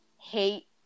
hate